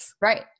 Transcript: Right